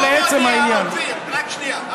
ולעצם העניין, אופיר, אופיר, רק שנייה.